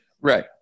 Right